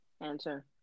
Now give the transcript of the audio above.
answer